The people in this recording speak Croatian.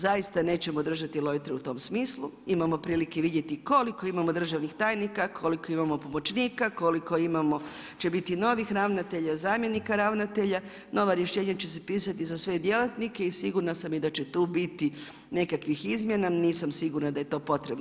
Zaista nećemo držati lojtre u tom smislu, imamo prilike vidjeti koliko imamo državnih tajnika, koliko imamo pomoćnika, koliko će biti novih ravnatelja, zamjenika ravnatelja, nova će se pisati za sve djelatnike i sigurna sam i da će tu biti nekakvih izmjena, nisam sigurna da je to potrebno.